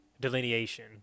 delineation